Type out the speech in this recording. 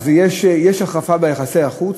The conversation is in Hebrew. אז יש החרפה ביחסי החוץ,